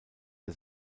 der